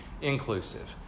inclusive